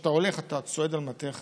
כשאתה הולך, אתה צועד על מתכת,